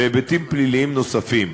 והיבטים פליליים נוספים.